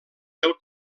del